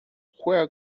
juega